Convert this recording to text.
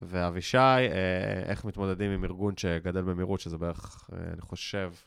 ואבישי, איך מתמודדים עם ארגון שגדל במהירות, שזה בערך, אני חושב...